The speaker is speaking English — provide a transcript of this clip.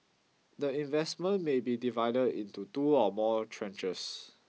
the investment may be divided into two or more tranches